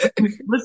Listen